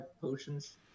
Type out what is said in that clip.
potions